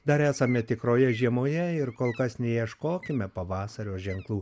dar esame tikroje žiemoje ir kol kas neieškokime pavasario ženklų